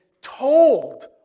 told